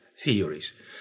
theories